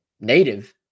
native